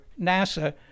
NASA